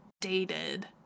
dated